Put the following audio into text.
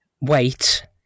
wait